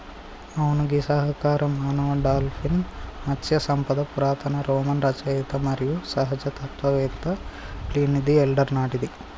అవును గీ సహకార మానవ డాల్ఫిన్ మత్స్య సంపద పురాతన రోమన్ రచయిత మరియు సహజ తత్వవేత్త ప్లీనీది ఎల్డర్ నాటిది